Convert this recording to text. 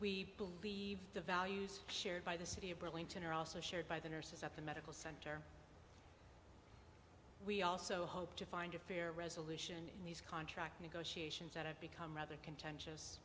we believe the values shared by the city of burlington are also shared by the nurses at the medical center we also hope to find a fair resolution in these contract negotiations that have become rather contentious